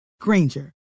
Granger